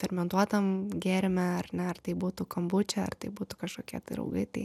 fermentuotam gėrime ar ne ar tai būtų kambučia ar tai būtų kažkokie tai raugai tai